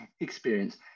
experience